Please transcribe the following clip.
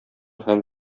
һәм